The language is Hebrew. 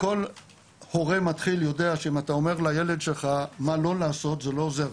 כל הורה מתחיל יודע שאם אתה אומר לילד שלך מה לא לעשות זה לא עוזר,